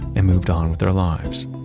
and moved on with their lives.